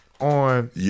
on